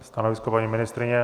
Stanovisko paní ministryně?